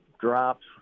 drops